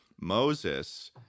Moses